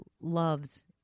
Love's